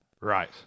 right